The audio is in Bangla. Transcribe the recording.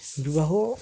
বিবাহ